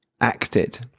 acted